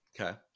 Okay